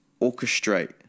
orchestrate